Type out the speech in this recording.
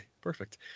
Perfect